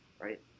right